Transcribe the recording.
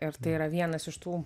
ir tai yra vienas iš tų